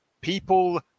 People